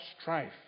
strife